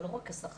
אבל לא רק השכר,